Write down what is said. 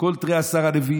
כל תרי עשר הנביאים,